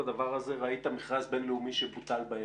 הדבר הזה - ראית מכרז בין-לאומי שבוטל באמצע.